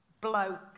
bloke